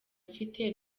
mfite